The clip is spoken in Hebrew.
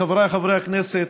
חבריי חברי הכנסת,